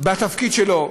בתפקיד שלו,